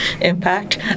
impact